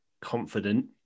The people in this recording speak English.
confident